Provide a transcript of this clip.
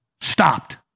stopped